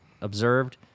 observed